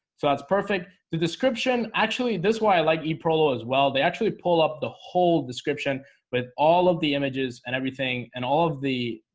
so that's perfect the description actually this way i like epro low as well they actually pull up the whole description with all of the images and everything and all of the